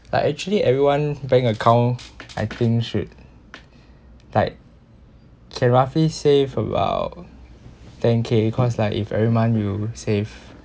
like actually everyone bank account I think should like can roughly save about ten K cause like if every month you save